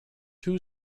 two